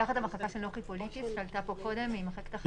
זה תחת המחלקה של נוחי פוליטיס במחלקת החנינות.